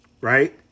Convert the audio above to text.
right